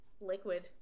liquid